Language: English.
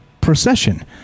procession